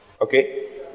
Okay